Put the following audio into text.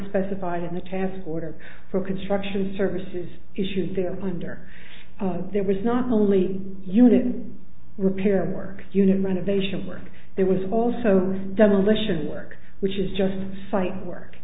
specified in the task order for construction services issues they're under there was not only unit repair work unit renovation work there was also demolition work which is just site work